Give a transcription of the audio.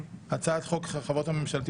קביעת ועדה לדיון בהצעת חוק החברות הממשלתיות